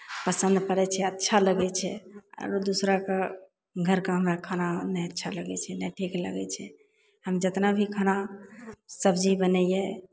पसन्द पड़य छै अच्छा लगय छै आरो दोसराके घरके हमरा खाना नहि अच्छा लगय छै नहि ठीक लगय छै हम जेतना भी खाना सब्जी बनैयै